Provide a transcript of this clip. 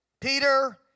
Peter